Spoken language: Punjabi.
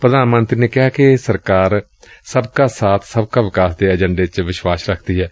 ਪ੍ਰਧਾਨ ਮੰਤਰੀ ਨੇ ਕਿਹਾ ਕਿ ਸਰਕਾਰ ਸਾਬਕਾ ਸਾਬਕਾ ਵਿਕਾਸ ਦੇ ਏਜੰਡੇ ਚ ਵਿਸ਼ਵਾਸ ਰਖਦੀ ਏ